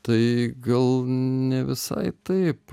tai gal ne visai taip